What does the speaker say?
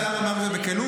השר אמר בכנות,